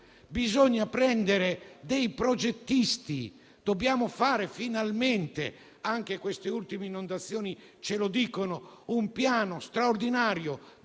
Bisogna prendere dei progettisti, dobbiamo fare finalmente - anche queste ultime inondazioni ce lo dicono - un piano straordinario,